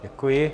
Děkuji.